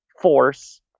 force